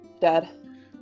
dad